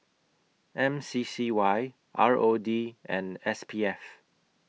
M C C Y R O D and S P F